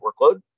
workload